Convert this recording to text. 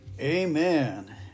Amen